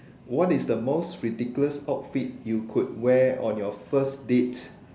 what is the most ridiculous outfit you could wear on your first date